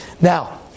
Now